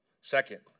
Second